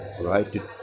right